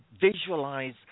visualize